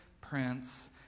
Prince